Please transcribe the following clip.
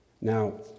Now